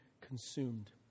consumed